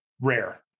rare